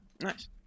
Nice